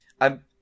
I'm-